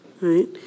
right